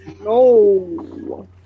No